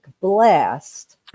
blast